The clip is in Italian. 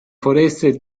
foreste